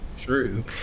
true